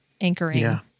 anchoring